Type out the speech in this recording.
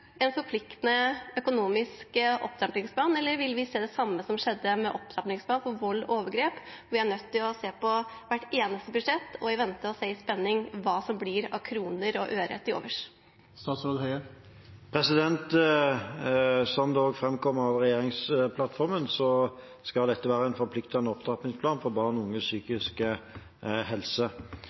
forpliktende opptrappingsplan, eller vil vi se det samme som skjedde med opptrappingsplanen mot vold og overgrep? Vi er nødt til å se på hvert eneste budsjett, og vi venter og ser i spenning på hva som blir til overs av kroner og øre. Som det også framkommer av regjeringsplattformen, skal dette være en forpliktende opptrappingsplan for barn og unges psykiske helse.